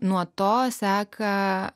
nuo to seka